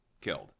killed